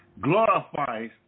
glorifies